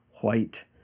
white